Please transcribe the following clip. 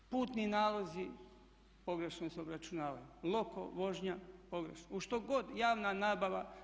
Putni nalozi pogrešno su obračunavani, loko vožnja pogrešno, u što god, javna nabava.